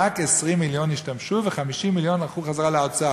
רק 20 מיליון השתמשו ו-50 מיליון הלכו חזרה לאוצר.